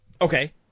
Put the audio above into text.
Okay